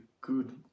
good